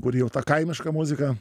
kur jau ta kaimiška muzika